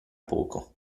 poco